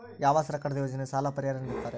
ಯಾವ ಸರ್ಕಾರದ ಯೋಜನೆಯಲ್ಲಿ ಸಾಲ ಪರಿಹಾರ ನೇಡುತ್ತಾರೆ?